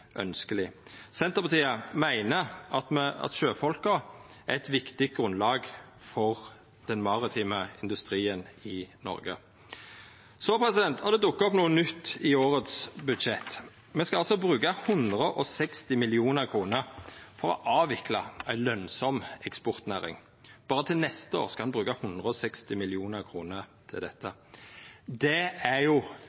Senterpartiet meiner at sjøfolka er eit viktig grunnlag for den maritime industrien i Noreg. Så har det dukka opp noko nytt i årets budsjett. Me skal altså bruka 160 mill. kr for å avvikla ei lønsam eksportnæring. Berre til neste år skal ein bruka 160 mill. kr til dette.